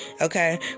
okay